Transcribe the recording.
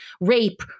Rape